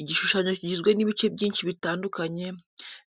Igishushanyo kigizwe n’ibice byinshi bitandukanye,